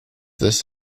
this